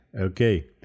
okay